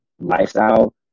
lifestyle